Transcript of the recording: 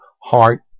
heart